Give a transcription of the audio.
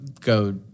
go